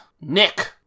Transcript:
Nick